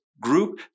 group